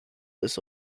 this